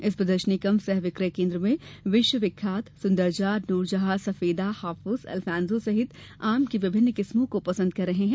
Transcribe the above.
इस प्रदर्शनी कम सह विक्रय केन्द्र में विश्व विख्यात सुंदरजा नूरजहां सफेदा हाफूज अलफांसो सहित आम की विभिन्न किस्मों को पसंद कर रहे है